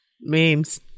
Memes